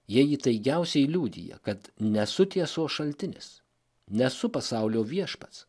jie įtaigiausiai liudija kad nesu tiesos šaltinis nesu pasaulio viešpats